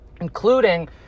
including